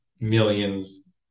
millions